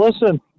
Listen